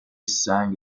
sang